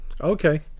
Okay